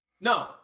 No